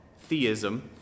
theism